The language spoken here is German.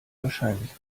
wahrscheinlich